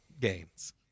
games